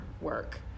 work